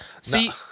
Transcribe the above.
See